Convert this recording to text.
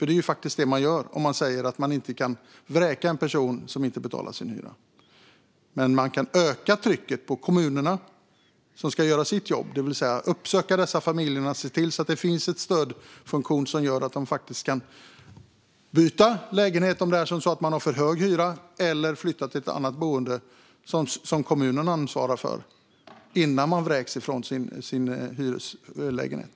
Det är faktiskt det man gör om man säger att en person som inte betalar sin hyra inte kan vräkas. Men man kan öka trycket på kommunerna, som ska göra sitt jobb: uppsöka dessa familjer och se till att det finns en stödfunktion som gör att de kan byta lägenhet om hyran är för hög eller flytta till ett annat boende som kommunen ansvarar för, innan de vräks från sin hyreslägenhet.